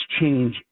change